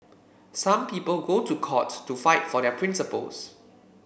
some people go to court to fight for their principles